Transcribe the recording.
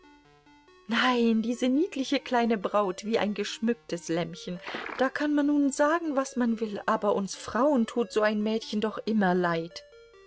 nein diese niedliche kleine braut wie ein geschmücktes lämmchen da kann man nun sagen was man will aber uns frauen tut so ein mädchen doch immer leid